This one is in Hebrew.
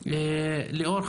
ליאור,